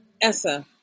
ESSA